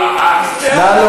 נא,